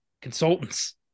consultants